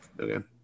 okay